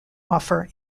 offer